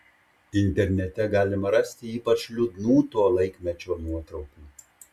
internete galima rasti ypač liūdnų to laikmečio nuotraukų